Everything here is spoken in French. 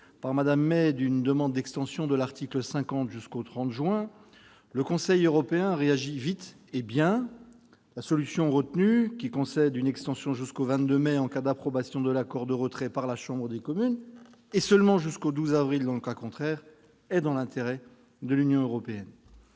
par Mme May d'une demande d'extension de l'article 50 jusqu'au 30 juin, le Conseil européen a réagi vite et bien : la solution retenue, qui concède une extension jusqu'au 22 mai en cas d'approbation de l'accord de retrait par la Chambre des communes, et seulement jusqu'au 12 avril dans le cas contraire, est dans l'intérêt de l'Union européenne.